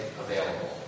available